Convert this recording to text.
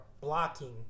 blocking